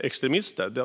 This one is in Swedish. extremister.